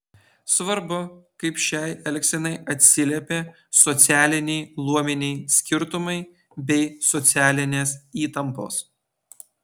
svarbu kaip šiai elgsenai atsiliepė socialiniai luominiai skirtumai bei socialinės įtampos